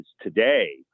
today